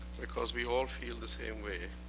because we all feel the same way.